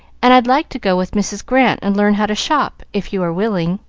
and i'd like to go with mrs. grant and learn how to shop, if you are willing.